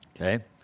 Okay